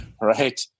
right